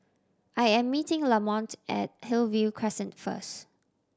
I am meeting Lamonte at Hillview Crescent first